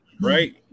Right